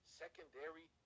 secondary